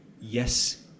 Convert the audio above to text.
yes